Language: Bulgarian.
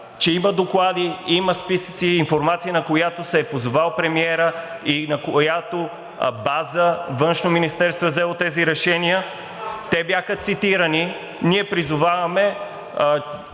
че има доклади, има списъци и информация, на която се е позовал премиерът и на която база Външно министерство е взело тези решения. Те бяха цитирани. Ние призоваваме